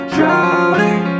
Drowning